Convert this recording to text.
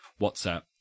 whatsapp